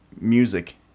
music